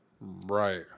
Right